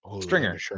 stringer